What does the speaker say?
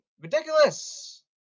ridiculous